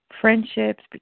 friendships